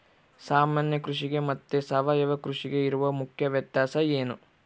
ಸಾಮಾನ್ಯ ಕೃಷಿಗೆ ಮತ್ತೆ ಸಾವಯವ ಕೃಷಿಗೆ ಇರುವ ಮುಖ್ಯ ವ್ಯತ್ಯಾಸ ಏನು?